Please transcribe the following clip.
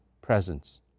presence